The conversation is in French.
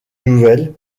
nouvelle